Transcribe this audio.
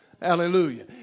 Hallelujah